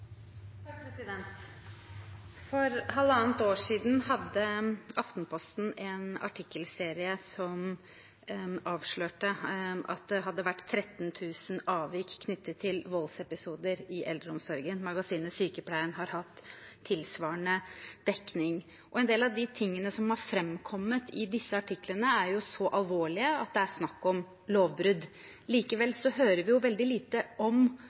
halvannet år siden hadde Aftenposten en artikkelserie som avslørte at det hadde vært 13 000 avvik knyttet til voldsepisoder i eldreomsorgen. Magasinet Sykepleien har hatt en tilsvarende dekning. En del av det som har framkommet i disse artiklene, er så alvorlig at det er snakk om lovbrudd. Likevel hører vi veldig lite om